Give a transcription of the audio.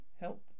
help